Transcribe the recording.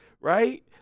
right